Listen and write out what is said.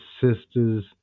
sisters